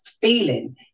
feeling